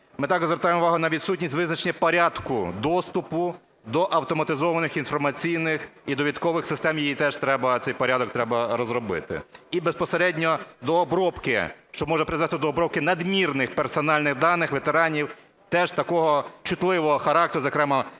Ми також звертаємо увагу на відсутність визначення порядку доступу до автоматизованих інформаційних і довідкових систем. Їх теж треба, цей порядок треба розробити. І безпосередньо до обробки, що може призвести до обробки надмірних персональних даних ветеранів теж такого чутливого характеру, зокрема